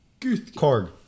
Korg